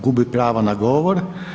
Gubi pravo na govor.